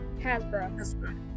Hasbro